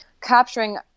capturing